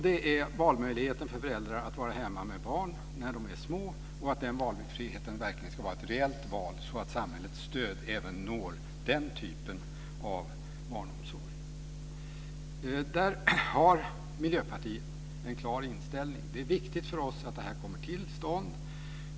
Det gäller valmöjligheten för föräldrar att vara hemma med barn när de är små och att valfriheten ska vara ett reellt val, så att samhällets stöd även når den typen av barnomsorg. Där har Miljöpartiet en klar inställning. Det är viktigt för oss att detta kommer till stånd.